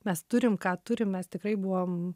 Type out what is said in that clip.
mes turim ką turim mes tikrai buvom